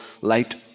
light